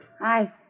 Hi